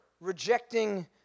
rejecting